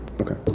Okay